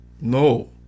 no